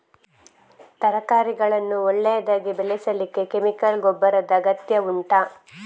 ತರಕಾರಿಗಳನ್ನು ಒಳ್ಳೆಯದಾಗಿ ಬೆಳೆಸಲಿಕ್ಕೆ ಕೆಮಿಕಲ್ ಗೊಬ್ಬರದ ಅಗತ್ಯ ಉಂಟಾ